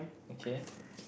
okay